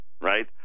right